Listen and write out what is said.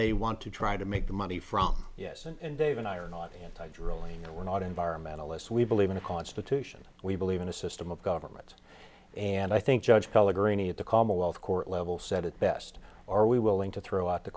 they want to try to make money from yes and dave and i are not anti drilling and we're not environmentalist we believe in the constitution we believe in a system of government and i think judge pelligrini at the commonwealth court level said it best are we willing to throw out the